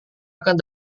akan